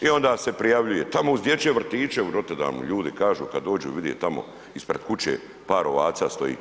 I onda se prijavljuje, tamo uz dječje vrtiće u Rotterdamu, ljudi kažu kada dođu, vide tamo ispred kuće, par ovaca stoji.